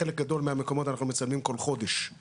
חלק גדול מהמקומות אנחנו מצלמים כל חודש, בסדר?